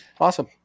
Awesome